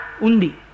undi